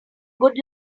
good